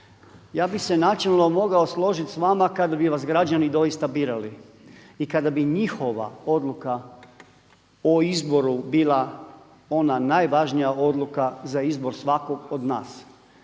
Ja bih se načelno mogao složiti s vama kad bi vas građani doista birali i kada bi njihova odluka o izboru bila ona najvažnija odluka za izbor svakog od nas.